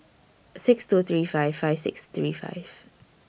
six two three five five six three five